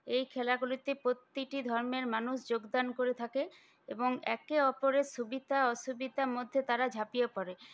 এই খেলাগুলিতে প্রতিটি ধর্মের মানুষ যোগদান করে থাকে এবং একে অপরের সুবিধা অসুবিধার মধ্যে তারা ঝাঁপিয়ে পড়ে